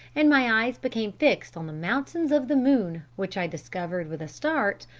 and my eyes became fixed on the mountains of the moon, which i discovered, with a start,